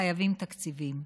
חייבים תקציבים.